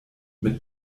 mit